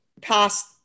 past